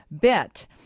bit